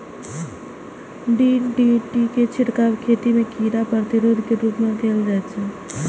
DDT के छिड़काव खेती मे कीड़ा प्रतिरोधी के रूप मे कैल जाइ छै